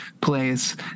place